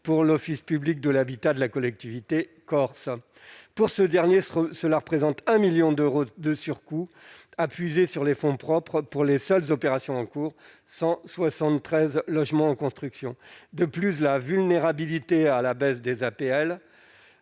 pour l'office public de l'habitat de la collectivité de Corse (OPH). Cela représente, pour ce dernier, 1 million d'euros de surcoût à puiser sur les fonds propres pour les seules opérations en cours, soit 173 logements en construction. De plus, la vulnérabilité à la baisse des